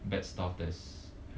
bad stuff that's